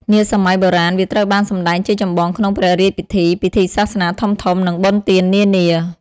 នាសម័យបុរាណ វាត្រូវបានសម្ដែងជាចម្បងក្នុងព្រះរាជពិធី ពិធីសាសនាធំៗ និងបុណ្យទាននានា ។